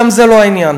גם זה לא העניין.